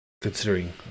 considering